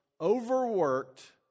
overworked